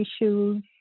issues